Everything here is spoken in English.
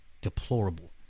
deplorable